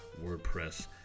WordPress